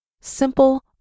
simple